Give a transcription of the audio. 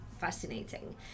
fascinating